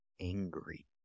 angry